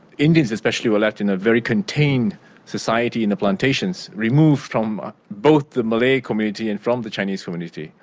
indians especially, were left in a very contained society in the plantations, removed from both the malay community and from the chinese community.